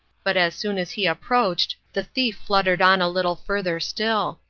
but as soon as he approached the thief fluttered on a little further still.